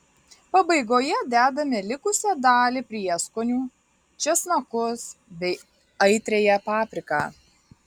pabaigoje dedame likusią dalį prieskonių česnakus bei aitriąją papriką